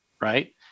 right